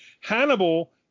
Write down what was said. Hannibal